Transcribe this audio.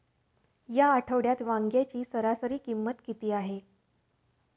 या आठवड्यात वांग्याची सरासरी किंमत किती आहे?